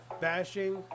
bashing